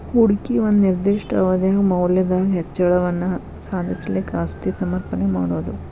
ಹೂಡಿಕಿ ಒಂದ ನಿರ್ದಿಷ್ಟ ಅವಧ್ಯಾಗ್ ಮೌಲ್ಯದಾಗ್ ಹೆಚ್ಚಳವನ್ನ ಸಾಧಿಸ್ಲಿಕ್ಕೆ ಆಸ್ತಿ ಸಮರ್ಪಣೆ ಮಾಡೊದು